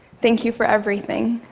thank you for everything.